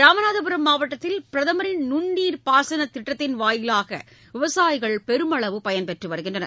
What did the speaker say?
ராமநாதபுரம் மாவட்டத்தில் பிரதமர் நுண் நீர் பாசன திட்டத்தின் வாயிலாக விவசாயிகள் பெருமளவு பயன்பெற்று வருகின்றனர்